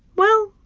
well,